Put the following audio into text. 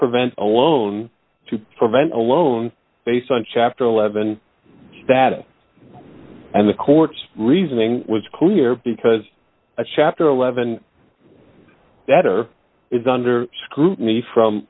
prevent a loan to prevent a loan based on chapter eleven data and the courts reasoning was clear because a chapter eleven that are is under scrutiny from